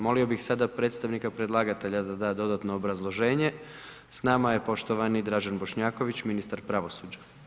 Molio bih sada predstavnika predlagatelja da da dodatno obrazloženje, s nama je poštovani Dražen Bošnjaković, ministar pravosuđa.